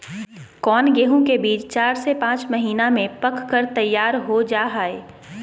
कौन गेंहू के बीज चार से पाँच पानी में पक कर तैयार हो जा हाय?